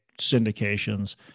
syndications